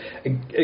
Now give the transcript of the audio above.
again